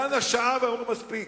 דנה שעה, ואמרו "מספיק"